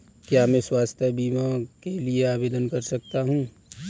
क्या मैं स्वास्थ्य बीमा के लिए आवेदन कर सकता हूँ?